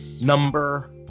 number